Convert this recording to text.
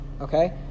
Okay